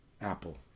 Apple